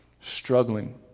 Struggling